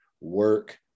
work